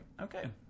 okay